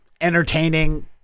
entertaining